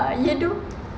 ya you do